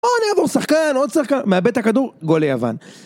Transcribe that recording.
בוא נעבור שחקן, עוד שחקן, מאבד את הכדור, גול ליוון.